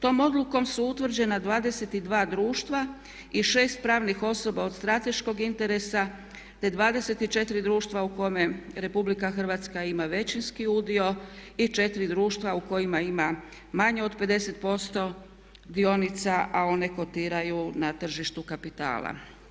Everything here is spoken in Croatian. Tom odlukom su utvrđena 22 društva i 6 pravni osoba od strateškog interesa te 24 društva u kome RH ima većinski udio i 4 društva u kojima ima manje od 50% dionica a one kotiraju na tržištu kapitala.